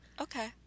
Okay